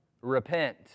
Repent